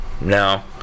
No